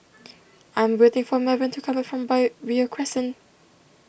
I am waiting for Melvin to come back from Beo Crescent